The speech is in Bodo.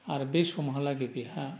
आरो बै समहालागै बेहा